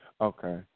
Okay